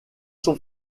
sont